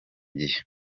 gihe